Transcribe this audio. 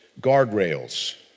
guardrails